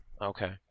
Okay